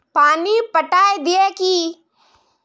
पानी पटाय दिये की?